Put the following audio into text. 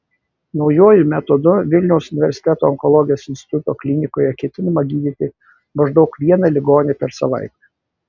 naujuoju metodu vilniaus universiteto onkologijos instituto klinikoje ketinama gydyti maždaug vieną ligonį per savaitę